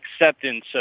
acceptance